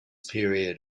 period